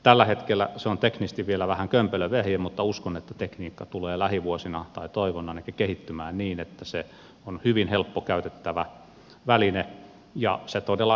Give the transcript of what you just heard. tällä hetkellä se on teknisesti vielä vähän kömpelö vehje mutta uskon tai toivon ainakin että tekniikka tulee lähivuosina kehittymään niin että se on hyvin helppokäyttöinen väline ja se todella estää ajoon lähdön